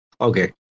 Okay